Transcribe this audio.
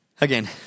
again